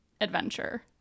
adventure